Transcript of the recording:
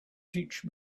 teach